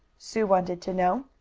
sue wanted to know.